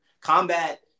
Combat